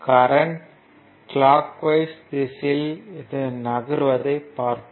current clockwise திசையில் நகருவதை பார்ப்போம்